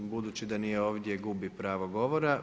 Budući da nije ovdje gubi pravo govora.